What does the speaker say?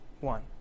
one